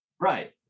Right